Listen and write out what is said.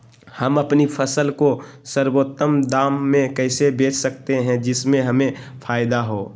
हम अपनी फसल को सर्वोत्तम दाम में कैसे बेच सकते हैं जिससे हमें फायदा हो?